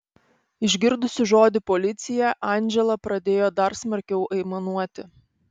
išgirdusi žodį policija andžela pradėjo dar smarkiau aimanuoti